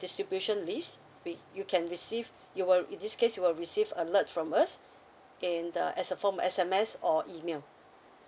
distribution list we you can receive you'll in this case you will receive alert from us in the as a form of S M S or email